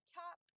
top